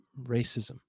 racism